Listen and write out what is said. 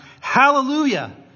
Hallelujah